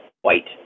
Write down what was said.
white